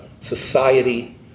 society